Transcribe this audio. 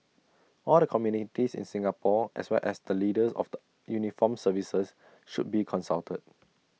all the communities in Singapore as well as the leaders of the uniformed services should be consulted